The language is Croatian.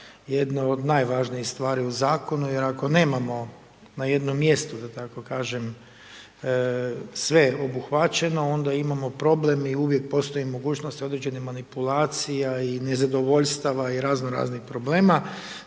jedno od najvažnijih stvari u Zakonu jer ako nemamo na jednom mjestu da tako kažem sve obuhvaćeno onda imamo problem i uvijek postoji mogućnosti i određenih manipulacija i nezadovoljstava i razno raznih problema,